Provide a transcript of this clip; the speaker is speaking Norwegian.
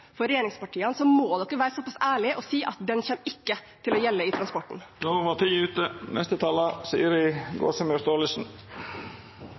være så pass ærlig og si at den kommer ikke til å gjelde i transporten.